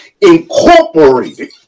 incorporated